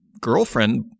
girlfriend